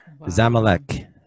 Zamalek